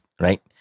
right